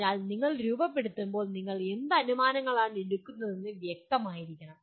അതിനാൽ നിങ്ങൾ രൂപപ്പെടുത്തുമ്പോൾ നിങ്ങൾ എന്ത് അനുമാനങ്ങളാണ് എടുക്കുന്നതെന്ന് വ്യക്തമായിരിക്കണം